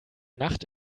nacht